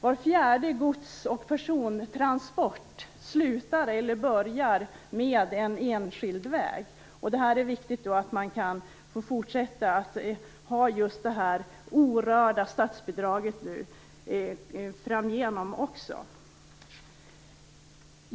Var fjärde gods och persontransport slutar eller börjar med en enskild väg, och det är viktigt att man kan ha ett orört statsbidrag också framgent.